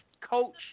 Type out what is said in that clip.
coach